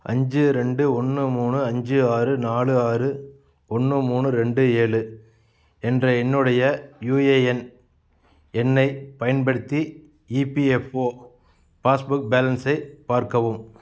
அஞ்சு ரெண்டு ஒன்று மூணு அஞ்சு ஆறு நாலு ஆறு ஒன்று மூணு ரெண்டு ஏழு என்ற என்னுடைய யுஏஎன் எண்ணைப் பயன்படுத்தி இபிஎஃப்ஓ பாஸ்புக் பேலன்ஸை பார்க்கவும்